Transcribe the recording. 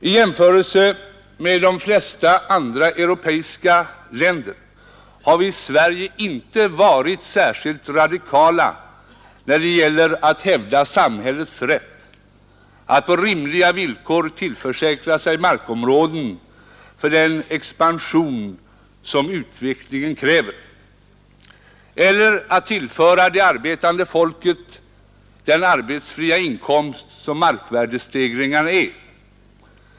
I jämförelse med de flesta andra europeiska länder har vi i Sverige inte varit särskilt radikala när det gäller att hävda samhällets rätt att på rimliga villkor tillförsäkra sig markområden för den expansion som utvecklingen kräver eller att tillföra det arbetande folket den arbetsfria inkomst som markvärdestegringarna är.